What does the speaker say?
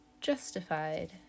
justified